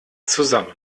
zusammen